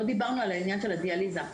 לא דיברנו על העניין של הדיאליזה,